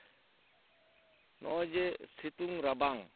ᱱᱚᱜᱼᱚᱭ ᱡᱮ ᱥᱤᱛᱩᱝ ᱨᱟᱵᱟᱝ